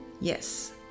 Yes